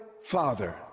father